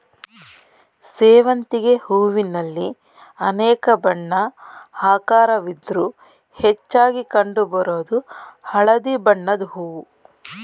ಸೇವಂತಿಗೆ ಹೂವಿನಲ್ಲಿ ಅನೇಕ ಬಣ್ಣ ಆಕಾರವಿದ್ರೂ ಹೆಚ್ಚಾಗಿ ಕಂಡು ಬರೋದು ಹಳದಿ ಬಣ್ಣದ್ ಹೂವು